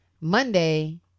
Monday